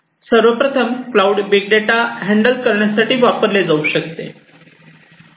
सर्वप्रथम cloud big data handle करण्यासाठी वापरले जाऊ शकते